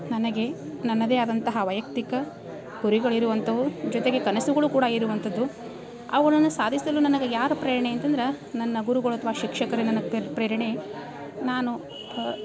ನನಗೆ ನನ್ನದೇ ಆದಂತಹ ವೈಯಕ್ತಿಕ ಗುರಿಗಳು ಇರುವಂಥವು ಜೊತೆಗೆ ಕನಸುಗಳು ಕೂಡ ಇರುವಂಥದ್ದು ಅವುಗಳನ್ನ ಸಾಧಿಸಲು ನನಗೆ ಯಾರು ಪ್ರೇರಣೆ ಅಂತಂದ್ರೆ ನನ್ನ ಗುರುಗಳು ಅಥ್ವಾ ಶಿಕ್ಷಕರೇ ನನಗೆ ಪ್ರೇರಣೆ ನಾನು ಪ